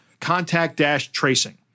contact-tracing